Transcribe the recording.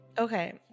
Okay